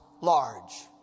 large